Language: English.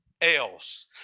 else